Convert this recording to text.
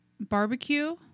barbecue